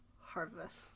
harvest